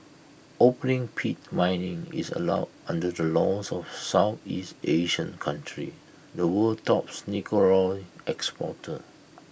opening pit mining is allowed under the laws of Southeast Asian country the world's tops nickel ore exporter